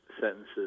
sentences